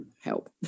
help